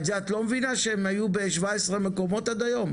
את זה את לא מבינה שהם היו ב-17 מקומות עד היום?